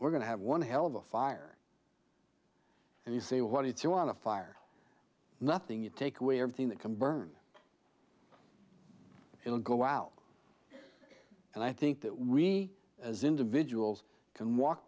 we're going to have one hell of a fire and you say what do you want a fire nothing you take away everything that can burn it will go out and i think that we as individuals can walk